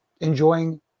enjoying